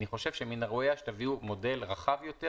אני חושב שמן הראוי היה שתביאו מודל רחב יותר,